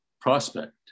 prospect